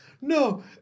no